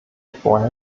vorher